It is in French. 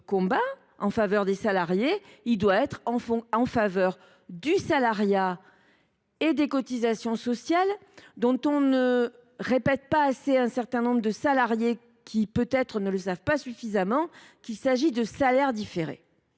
combat en faveur des salariés doit privilégier le salariat et les cotisations sociales, dont on ne répète pas assez à un certain nombre de salariés, qui peut être ne le savent pas suffisamment, qu’il s’agit de salaire différé.